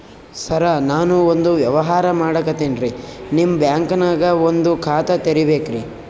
ಸರ ನಾನು ಒಂದು ವ್ಯವಹಾರ ಮಾಡಕತಿನ್ರಿ, ನಿಮ್ ಬ್ಯಾಂಕನಗ ಒಂದು ಖಾತ ತೆರಿಬೇಕ್ರಿ?